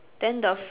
then the